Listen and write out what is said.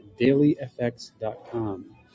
dailyfx.com